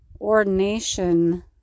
ordination